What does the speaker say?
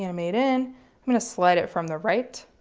animate in i'm going to slide it from the right.